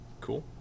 Cool